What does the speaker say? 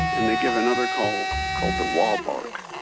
and they give another call called the waa bark.